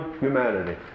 humanity